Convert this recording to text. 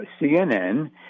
CNN